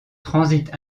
transit